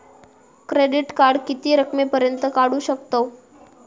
Credit card किती रकमेपर्यंत काढू शकतव?